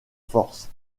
force